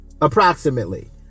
approximately